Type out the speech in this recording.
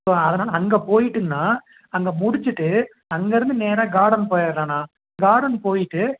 so அதனால் அங்கே போயிட்டுங்கண்ணா அங்கே முடிச்சிவிட்டு அங்கே இருந்து நேராக கார்டன் போயிரலாண்ணா கார்டன் போயிட்டு